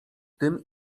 tym